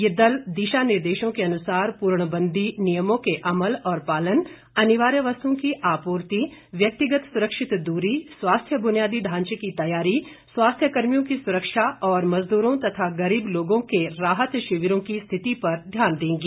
ये दल दिशा निर्देशों के अनुसार पूर्णबंदी नियमों के अमल और पालन अनिवार्य वस्तुओं की आपूर्ति व्यक्तिगत सुरक्षित दूरी स्वास्थ्य बुनियादी ढांचे की तैयारी स्वास्थ्य कर्मियों की सुरक्षा और मजदूरों तथा गरीब लोगों के राहत शिविरों की स्थिति पर ध्यान देंगे